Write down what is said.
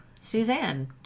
Suzanne